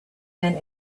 been